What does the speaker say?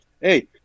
hey